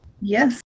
Yes